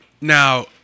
Now